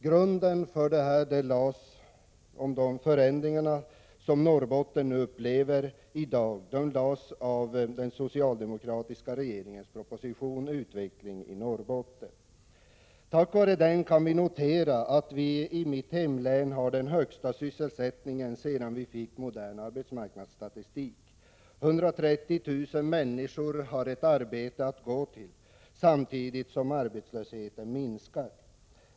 Grunden för den förändring som Norrbotten nu upplever lades genom den socialdemokratiska regeringens proposition om utveckling i Norrbotten. Tack vare den kan vi notera att vi i mitt hemlän har den högsta sysselsättningen sedan vi fick modern arbetsmarknadsstatistik. Över 130 000 människor har ett arbete att gå till, samtidigt som arbetslösheten minskar.